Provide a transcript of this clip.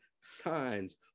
signs